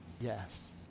Yes